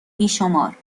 بیشمار